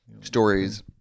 stories